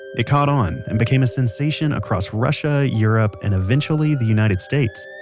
it caught on and became a sensation across russia, europe and eventually the united states